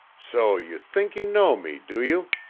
so you think you know me, do you?